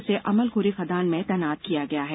इसे अमलोरी खदान में तैनात किया गया है